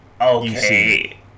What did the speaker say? okay